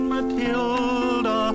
Matilda